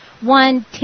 one